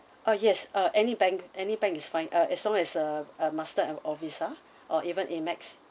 uh yes uh any bank any bank it's fine uh as long as a a Master or a Visa or even Amex